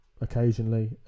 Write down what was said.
occasionally